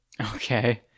Okay